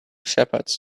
shepherds